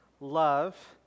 Love